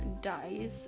Dies